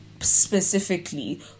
specifically